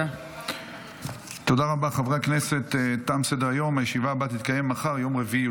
עברה בקריאה הראשונה